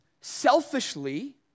selfishly